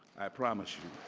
i promise you.